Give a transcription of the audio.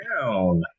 down